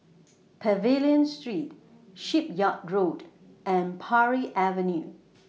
Pavilion Street Shipyard Road and Parry Avenue